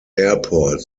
airport